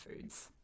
foods